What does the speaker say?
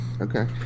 Okay